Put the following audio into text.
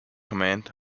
command